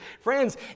Friends